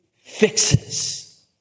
fixes